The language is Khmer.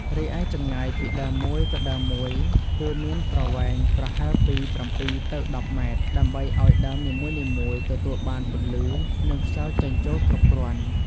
រីឯចម្ងាយពីដើមមួយទៅដើមមួយគួរមានប្រវែងប្រហែលពី ៧ ទៅ ១០ ម៉ែត្រ ដើម្បីឱ្យដើមនីមួយៗទទួលបានពន្លឺ និងខ្យល់ចេញចូលគ្រប់គ្រាន់។